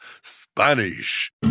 Spanish